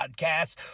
Podcast